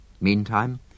Meantime